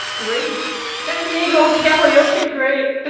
great. san diego, cali, okay great!